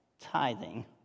tithing